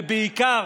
בעיקר,